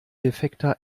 defekter